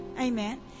Amen